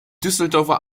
düsseldorfer